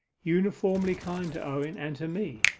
uniformly kind to owen, and to me.